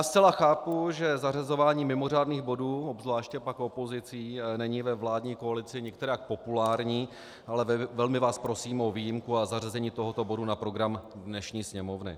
Zcela chápu, že zařazování mimořádných bodů, obzvláště pak opozicí, není ve vládní koalici nikterak populární, ale velmi vás prosím o výjimku a zařazení tohoto bodu na program dnešní sněmovny.